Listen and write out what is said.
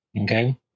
Okay